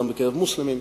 גם בקרב מוסלמים,